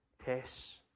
tests